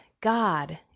God